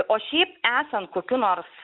o šiaip esant kokių nors